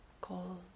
cold